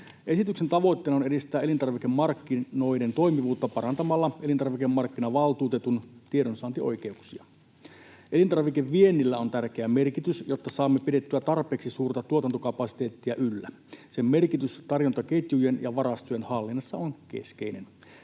Esityksen tavoitteena on edistää elintarvikemarkkinoiden toimivuutta parantamalla elintarvikemarkkinavaltuutetun tiedonsaantioikeuksia. Elintarvikeviennillä on tärkeä merkitys, jotta saamme pidettyä tarpeeksi suurta tuotantokapasiteettia yllä. Sen merkitys tarjontaketjujen ja varastojen hallinnassa on keskeinen.